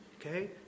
Okay